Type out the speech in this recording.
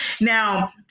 Now